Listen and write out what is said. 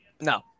No